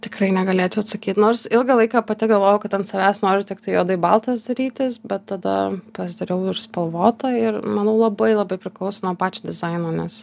tikrai negalėčiau atsakyt nors ilgą laiką pati galvojau kad ant savęs noriu tiktai juodai baltas darytis bet tada pasidariau ir spalvotą ir manau labai labai priklauso nuo pačio dizaino nes